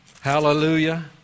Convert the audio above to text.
Hallelujah